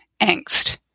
angst